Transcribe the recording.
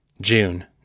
June